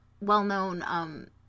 well-known